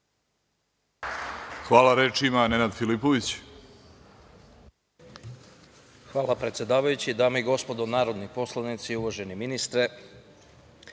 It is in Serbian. Filipović. **Nenad Filipović** Hvala predsedavajući. Dame i gospodo narodni poslanici, uvaženi ministre,